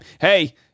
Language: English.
Hey